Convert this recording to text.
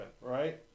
right